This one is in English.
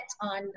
on